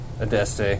Adeste